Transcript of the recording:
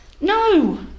No